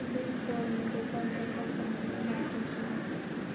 Big फोरमध्ये कोणत्या कंपन्यांनी भाग घेतला आहे?